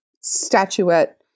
statuette